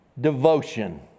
devotion